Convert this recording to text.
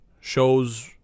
shows